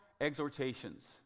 exhortations